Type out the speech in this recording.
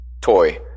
toy